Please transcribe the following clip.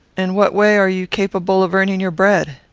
in what way are you capable of earning your bread?